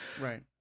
Right